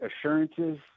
assurances